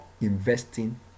investing